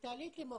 תעלי את לימור